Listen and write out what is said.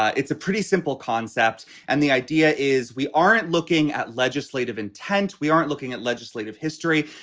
it's a pretty simple concept. and the idea is we aren't looking at legislative intent. we aren't looking at legislative history.